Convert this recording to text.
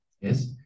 Yes